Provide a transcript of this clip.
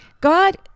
God